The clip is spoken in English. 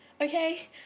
Okay